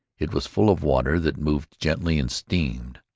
it was full of water that moved gently and steamed.